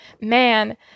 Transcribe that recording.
man